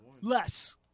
Less